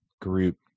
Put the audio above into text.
group